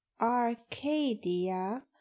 Arcadia